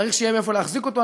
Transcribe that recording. צריך שיהיה מאיפה להחזיק אותו,